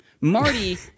Marty